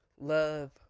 love